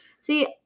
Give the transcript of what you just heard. See